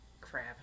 Crab